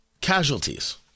casualties